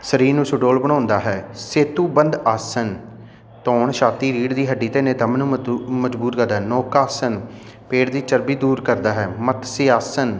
ਸਰੀਰ ਨੂੰ ਸੁਡੋਲ ਬਣਾਉਂਦਾ ਹੈ ਸੇਤੂਬੰਧ ਆਸਨ ਧੋਣ ਛਾਤੀ ਰੀੜ ਦੀ ਹੱਡੀ ਅਤੇ ਨਿਤੰਬ ਨੂੰ ਮਤੁ ਮਜ਼ਬੂਤ ਕਰਦਾ ਹੈ ਨੌਕ ਆਸਨ ਪੇਟ ਦੀ ਚਰਬੀ ਦੂਰ ਕਰਦਾ ਹੈ ਮੱਤਸੀ ਆਸਨ